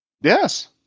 Yes